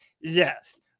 Yes